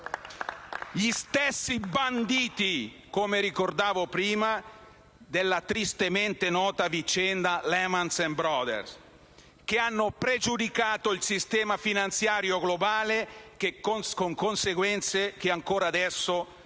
I banditi, come ricordavo prima, della tristemente nota vicenda Lehman Brothers hanno pregiudicato il sistema finanziario globale, con conseguenze che, ancora adesso, anche nel